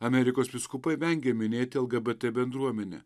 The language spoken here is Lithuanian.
amerikos vyskupai vengė minėti lgbt bendruomenę